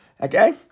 Okay